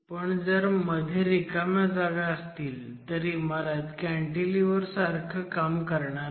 पण जर मध्ये रिकाम्या जागा असतील तर इमारत कॅन्टीलिव्हर सारखं काम करणार नाही